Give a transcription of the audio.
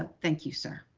ah thank you, sir.